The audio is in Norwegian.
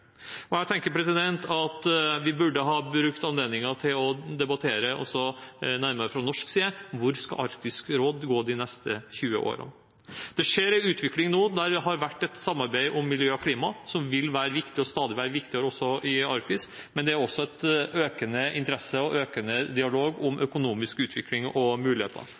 Jeg tenker at vi burde ha brukt anledningen til å debattere også nærmere fra norsk side hvor Arktisk råd skal gå de neste 20 årene. Det skjer nå en utvikling der det har vært et samarbeid om miljø og klima, som stadig vil være viktigere også i Arktis, men det er også en økende interesse for og en økende dialog om økonomisk utvikling og muligheter.